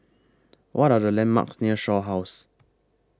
What Are The landmarks near Shaw House